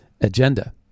Agenda